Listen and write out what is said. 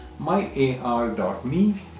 myar.me